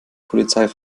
polizei